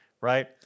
right